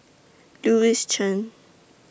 Louis Chen